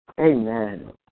Amen